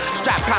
strap